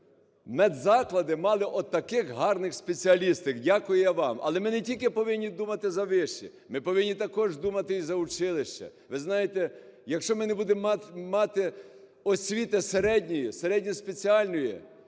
медзаклади мали от таких гарних спеціалістів. Дякую вам. Але ми не тільки повинні думати за виші, ми повинні також думати і за училища. Ви знаєте, якщо ми не будемо мати освіти середньої,